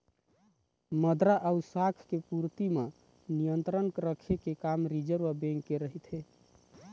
मद्रा अउ शाख के पूरति म नियंत्रन रखे के काम रिर्जव बेंक के रहिथे